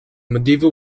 medieval